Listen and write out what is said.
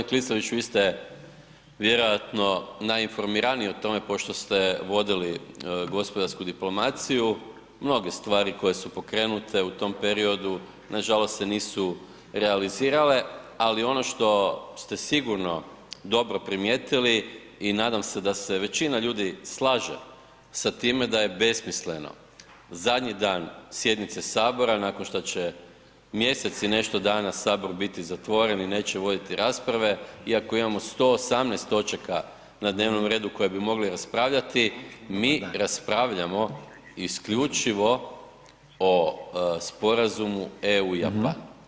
G. Klisović, vi ste vjerojatno najinformiraniji o tome pošto ste vodili gospodarsku diplomaciju, mnoge stvari koje su pokrenute u tom periodu nažalost se nisu realizirale ali ono što ste sigurno dobro primijetili i nadam se da se većina ljudi slaže sa time da je besmisleno zadnji dan sjednice Sabora nakon šta će mjesec i nešto dana Sabor biti zatvoren i neće voditi rasprave iako imamo 118 točaka na dnevnom redu koje bi mogli raspravljati, mi raspravljamo isključivo o sporazumu EU i Japana.